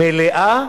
מלאה,